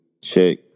check